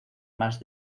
más